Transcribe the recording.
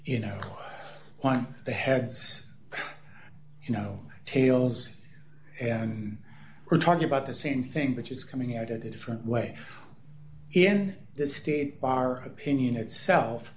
you know why the heads you know tails and we're talking about the same thing that is coming out a different way in the state bar opinion itself